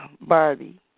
Barbie